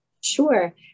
Sure